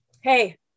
hey